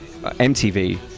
MTV